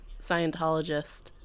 Scientologist